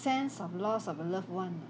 sense of loss of a loved one ah